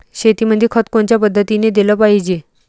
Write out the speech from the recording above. शेतीमंदी खत कोनच्या पद्धतीने देलं पाहिजे?